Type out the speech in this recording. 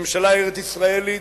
ממשלה ארץ-ישראלית,